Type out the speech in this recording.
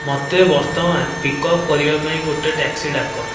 ମୋତେ ବର୍ତ୍ତମାନ ପିକଅପ୍ କରିବା ପାଇଁ ଗୋଟେ ଟ୍ୟାକ୍ସି ଡାକ